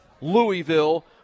louisville